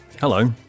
Hello